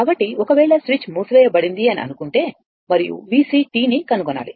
కాబట్టి ఒకవేళ స్విచ్ మూసివేయబడింది అని అనుకుంటే మరియు VC ని కనుగొనాలి